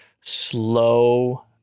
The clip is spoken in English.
slow